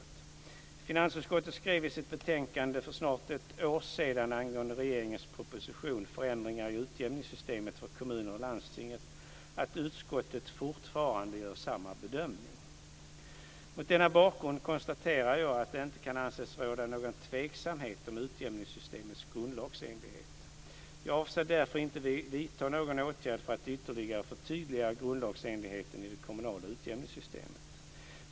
Finansutskottet skrev i sitt betänkande att utskottet fortfarande gör samma bedömning. Mot denna bakgrund konstaterar jag att det inte kan anses råda någon tveksamhet om utjämningssystemets grundlagsenlighet. Jag avser därför inte vidta någon åtgärd för att ytterligare förtydliga grundlagsenligheten i det kommunala utjämningssystemet.